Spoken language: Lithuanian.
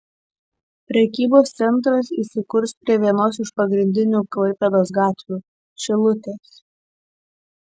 prekybos centras įsikurs prie vienos iš pagrindinių klaipėdos gatvių šilutės